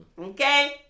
Okay